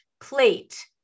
plate